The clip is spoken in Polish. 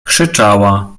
krzyczała